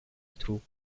through